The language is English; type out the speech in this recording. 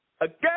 Again